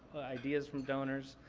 ideas from donors,